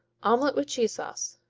omelet with cheese sauce